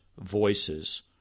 voices